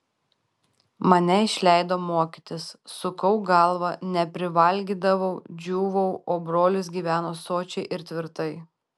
mane išleido mokytis sukau galvą neprivalgydavau džiūvau o brolis gyveno sočiai ir tvirtai